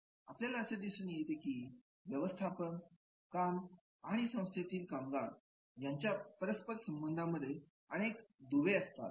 आपल्याला असं दिसून येतं की व्यवस्थापन काम आणि संस्थेतील कामगार यांच्या परस्परसंबंधांमध्ये अनेक दुवे असतात